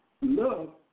love